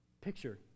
picture